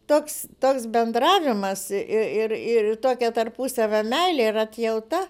toks toks bendravimas ir ir tokia tarpusavio meilė ir atjauta